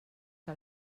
que